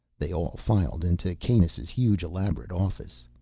they all filed in to kanus' huge, elaborate office.